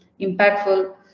impactful